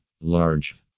large